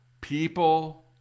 people